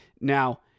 Now